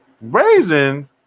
Raisin